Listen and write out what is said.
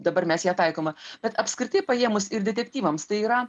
dabar mes ja taikoma bet apskritai paėmus ir detektyvams tai yra